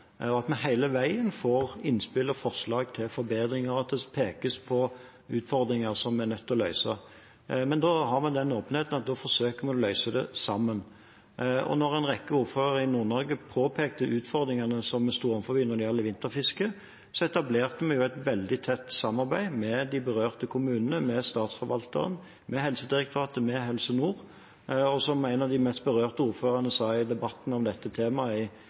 og at vi hele tiden får innspill og forslag til forbedringer, og at det pekes på utfordringer som vi er nødt til å løse. Da har vi den åpenheten – vi forsøker å løse det sammen. Da en rekke ordførere i Nord-Norge påpekte utfordringene vi sto overfor når det gjaldt vinterfisket, etablerte vi et veldig tett samarbeid med de berørte kommunene, med Statsforvalteren, Helsedirektoratet og Helse Nord. Som en av de mest berørte ordførerne sa i debatten om dette temaet i